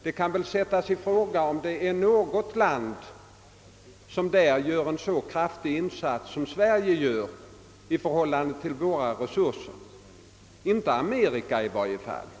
Det kan väl sättas i fråga om något land härvidlag gör en så kraftig insats i förhållande till sina resurser som Sverige. Amerika gör det i varje fall inte.